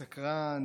תמיד סקרן,